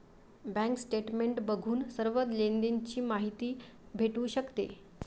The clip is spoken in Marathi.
बँक स्टेटमेंट बघून सर्व लेनदेण ची माहिती भेटू शकते